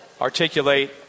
articulate